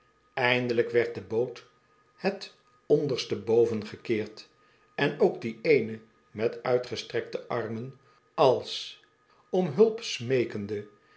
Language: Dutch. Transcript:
eindelijk werd de boot het onderstboven gekeerd en ook die éönc met uitgestrekte armen als om hulp smeekende